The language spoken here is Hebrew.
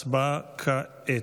הצבעה כעת.